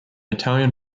italian